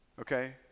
okay